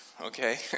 Okay